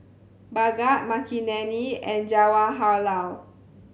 Bhagat Makineni and Jawaharlal